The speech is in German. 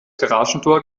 garagentor